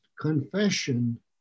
confession